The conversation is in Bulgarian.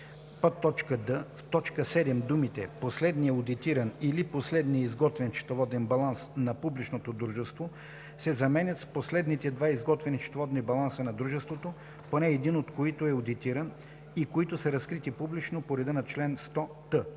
д) в т. 7 думите „последния одитиран или последния изготвен счетоводен баланс на публичното дружество“ се заменят с „последните два изготвени счетоводни баланса на дружеството, поне един от които е одитиран, и които са разкрити публично по реда на чл. 100т“.